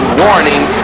warning